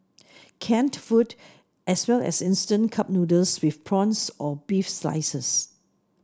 canned food as well as instant cup noodles with prawns or beef slices